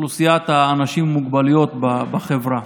אוכלוסיית האנשים עם מוגבלויות בחברה.